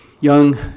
young